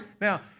now